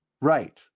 Right